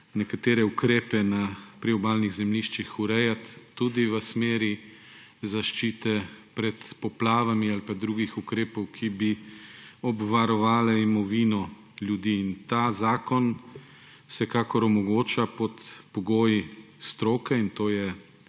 nekatere ukrepe na priobalnih zemljiščih urejati, tudi v smeri zaščite pred poplavami ali pa drugih ukrepov, ki bi obvarovale imovino ljudi. Ta zakon vsekakor omogoča pod pogoji stroke, in to je